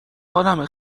حالمه